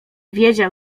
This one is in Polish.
wiedział